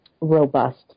robust